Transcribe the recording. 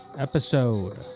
episode